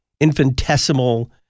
infinitesimal